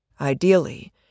Ideally